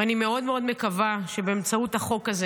ואני מאוד מאוד מקווה שבאמצעות החוק הזה